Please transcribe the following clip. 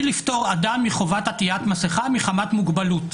לפטור אדם מחובת עטיית מסכה מחמת מוגבלות,